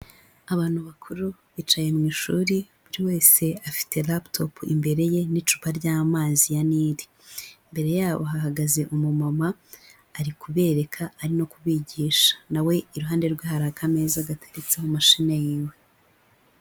Abantu bakuru bicaye mu ishuri buri wese afite laputopu imbere ye n'icupa ry'amazi ya Nile, imbere yabo hahagaze umumama ari kubereka ari no kubigisha na we iruhande rwe hari akameza gategetseho mashine y'iwe.